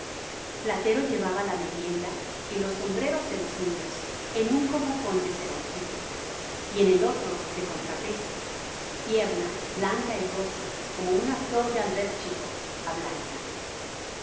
platero llevaba la merienda y los sombreros de los niños en un cobujón del seroncillo y en el otro de contrapeso tierna blanca y rosa como una flor de albérchigo á blanca